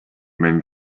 many